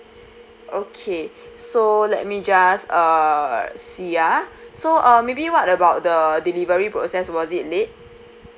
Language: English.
okay so let me just uh see ah so uh maybe what about the delivery process was it late